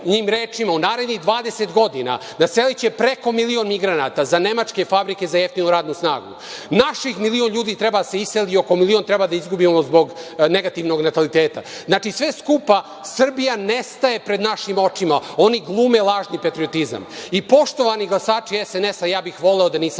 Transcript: njegovim rečima, u narednih 20 godina naseliće preko milion migranata za nemačke fabrike za jeftinu radnu snagu. Naših milion ljudi treba da se iseli, oko milion treba da izgubimo zbog negativnog nataliteta. Znači, sve skupa, Srbija nestaje pred našim očima. Oni glume lažni patriotizam. Poštovani glasači SNS, ja bih voleo da nisam